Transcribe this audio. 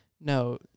No